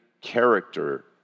character